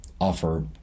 offer